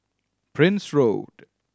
Prince Road